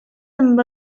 amb